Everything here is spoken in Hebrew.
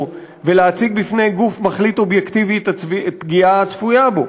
ולהציג בפני גוף מחליט אובייקטיבי את הפגיעה הצפויה בו.